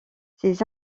ces